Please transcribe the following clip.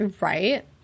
Right